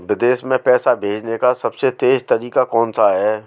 विदेश में पैसा भेजने का सबसे तेज़ तरीका कौनसा है?